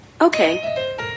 Okay